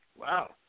Wow